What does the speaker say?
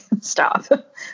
stop